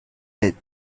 said